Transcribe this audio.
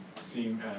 seem